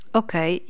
okay